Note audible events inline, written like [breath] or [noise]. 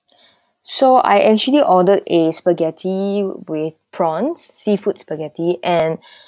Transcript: [breath] so I actually ordered a spaghetti with prawns seafood spaghetti and [breath]